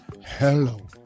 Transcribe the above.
Hello